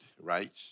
right